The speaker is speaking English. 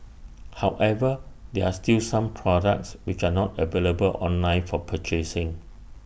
however there are still some products which are not available online for purchasing